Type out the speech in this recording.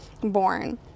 born